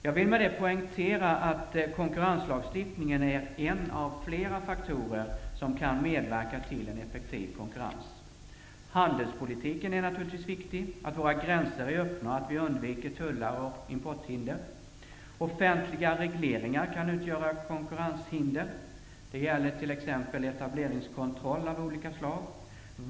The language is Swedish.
Jag vill med det poängtera att konkurrenslagstiftningen är en av flera faktorer som kan medverka till en effektiv konkurrens. Handelspolitiken är naturligtvis viktig -- att våra gränser är öppna och att vi undviker tullar och andra importhinder. Offentliga regleringar kan utgöra konkurrenshinder. Det gäller t.ex. etableringskontroll av olika slag.